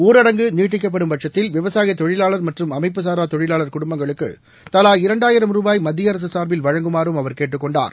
ஊரடங்கு நீட்டிக்கப்படும் பட்சத்தில் விவசாயதொழிலாளர் மற்றும் அமைப்புசாராதொழிலாளர் குடும்பங்களுக்குதலா இரண்டாயிரம் ரூபாய் மத்தியஅரசுசா்பில் வழங்குமாறும் அவர் கேட்டுக் கொண்டார்